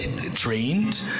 trained